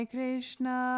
Krishna